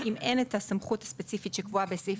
אם אין את הסמכות הספציפית שקבועה בסעיף